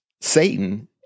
Satan